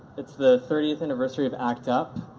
it's the thirtieth anniversary of act up,